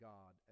God